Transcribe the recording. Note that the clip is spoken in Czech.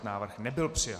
Návrh nebyl přijat.